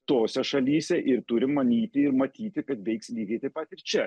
tose šalyse ir turim manyti ir matyti kad veiks lygiai taip pat ir čia